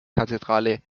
kathedrale